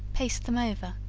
paste them over.